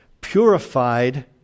purified